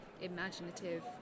imaginative